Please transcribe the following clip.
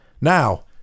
now